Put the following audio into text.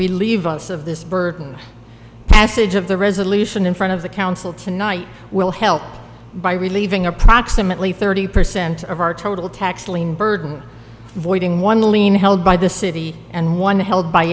relieve us of this burden passage of the resolution in front of the council tonight will help by relieving approximately thirty percent of our total tax lien burden voiding one lien held by the city and one held by